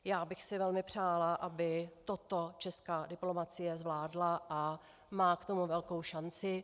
Já bych si velmi přála, aby toto česká diplomacie zvládla, a má k tomu velkou šanci.